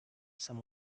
some